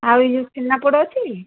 ଆଉ ୟେ ଯେଉଁ ଛେନାପୋଡ଼ ଅଛି